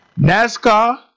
NASCAR